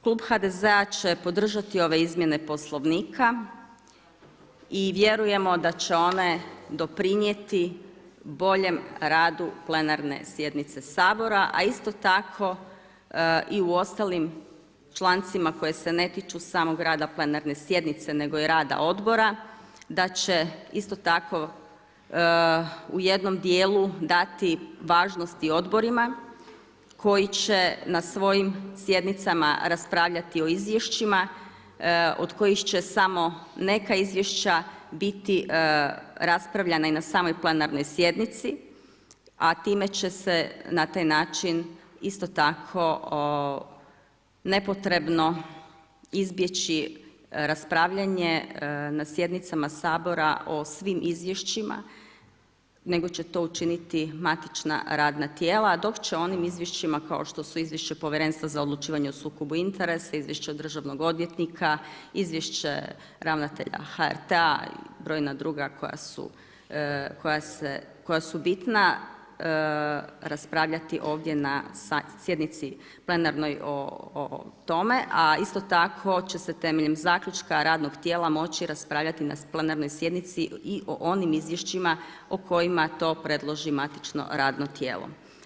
Klub HDZ-a će podržati ove izmjene Poslovnika i vjerujemo da će one doprinijeti boljem radu plenarne sjednice Sabora, a isto tako i u ostalim člancima koji se ne tiču samog rada plenarne sjednice nego i rada odbora, da će isto tako u jednom dijelu dati važnosti odborima koji će na svojim sjednicama raspravljati o izvješćima od kojih će samo neka izvješća biti raspravljana i na samoj plenarnoj sjednici, a time će se na taj način isto tako nepotrebno izbjeći raspravljanje na sjednicama Sabora o svim izvješćima, nego će to učiniti matična radna tijela dok će onim izvješćima kao što izvješće Povjerenstva za odlučivanje o sukobu interesa, izvješća državnog odvjetnika, izvješće ravnatelja HRT-a i brojna druga koja su bitna raspravljati ovdje na plenarnoj sjednici o tome, a isto tako će se temeljem zaključka radnog tijela moći raspravljati na plenarnoj sjednici i o onim izvješćima o kojima to predloži matično radno tijelo.